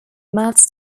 maths